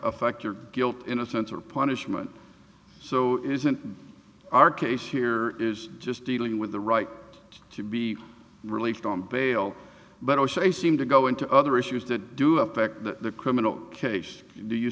affect your guilt innocence or punishment so it isn't our case here is just dealing with the right to be released on bail but o'shea seem to go into other issues that do affect the criminal case do you